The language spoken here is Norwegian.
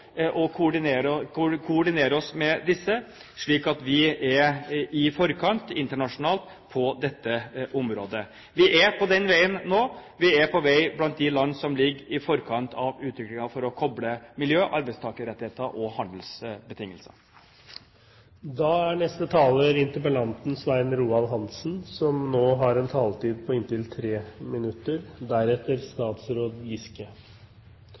koordinere oss med disse slik at vi er i forkant internasjonalt på dette området. Vi er på den veien nå – vi er på vei blant de land som ligger i forkant av utviklingen for å koble miljø, arbeidstakerrettigheter og handelsbetingelser. Jeg takker for et grundig og positivt svar. Jeg synes at det som ligger på